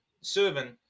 servant